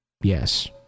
yes